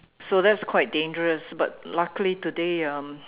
so that's quite dangerous but luckily today um